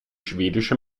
schwedische